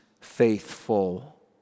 faithful